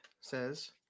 says